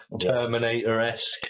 Terminator-esque